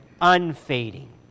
unfading